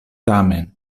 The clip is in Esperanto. tamen